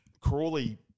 Crawley